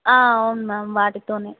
అవును మ్యామ్ వాటితోనే